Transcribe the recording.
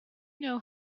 know